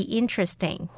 interesting